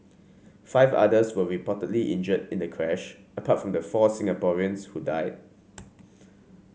five others were reportedly injured in the crash apart from the four Singaporeans who died